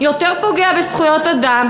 יותר פוגע בזכויות האדם,